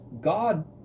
God